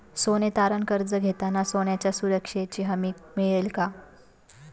सोने तारण कर्ज घेताना सोन्याच्या सुरक्षेची हमी मिळते का?